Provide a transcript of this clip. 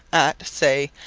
at, say,